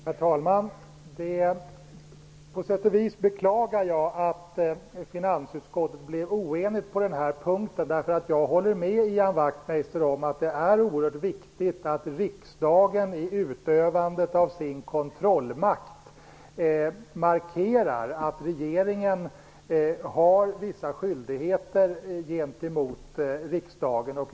Herr talman! Jag beklagar på sätt och vis att finansutskottet blev oenigt på den här punkten. Jag håller med Ian Wachtmeister om att det är oerhört viktigt att riksdagen i utövandet av sin kontrollmakt markerar att regeringen har vissa skyldigheter gentemot riksdagen.